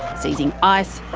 seizing ice,